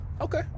Okay